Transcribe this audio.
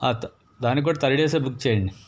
దానికి కూడా కూడా థర్డ్ ఏసీ బుక్ చేయండి